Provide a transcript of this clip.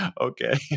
Okay